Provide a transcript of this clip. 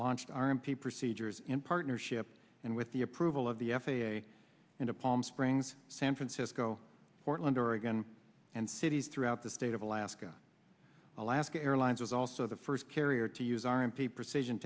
launched our m p procedures in partnership and with the approval of the f a a into palm springs san francisco portland oregon and cities throughout the state of alaska alaska airlines is also the first carrier to use our m p precision